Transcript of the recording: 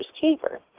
keeper